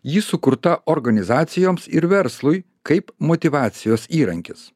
ji sukurta organizacijoms ir verslui kaip motyvacijos įrankis